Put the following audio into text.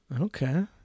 Okay